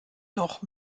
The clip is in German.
noch